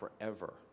forever